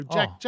Jack